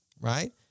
Right